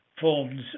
forms